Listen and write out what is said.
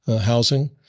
housing